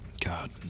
god